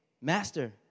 master